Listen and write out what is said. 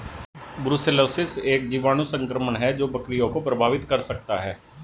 brucellosis एक जीवाणु संक्रमण है जो बकरियों को प्रभावित कर सकता है